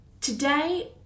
Today